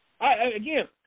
Again